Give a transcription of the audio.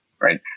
right